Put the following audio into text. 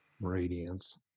radiance